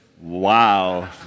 Wow